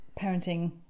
parenting